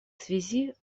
связи